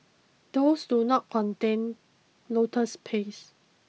those do not contain lotus paste